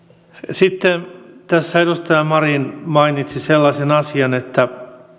sitten kun tässä edustaja marin mainitsi sellaisen asian että